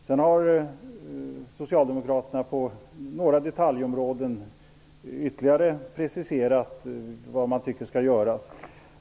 Sedan har Socialdemokraterna på några detaljområden ytterligare preciserat vad man tycker skall göras.